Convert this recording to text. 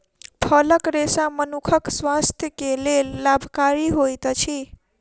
फलक रेशा मनुखक स्वास्थ्य के लेल लाभकारी होइत अछि